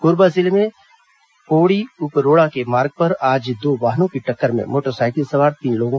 कोरबा जिले के पोड़ी उपरोड़ा मार्ग पर आज दो वाहनों की टक्कर में मोटरसाइकिल सवार तीन लोगों